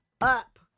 up